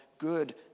good